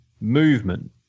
movement